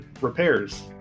repairs